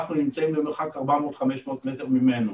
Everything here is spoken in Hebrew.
אנחנו נמצאים במרחק 500-400 מטר ממנו.